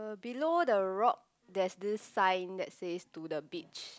uh below the rock there's this sign that says to the beach